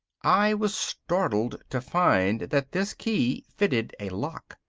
i was startled to find that this key fitted a lock.